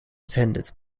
attended